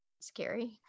scary